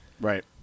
Right